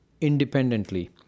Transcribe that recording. independently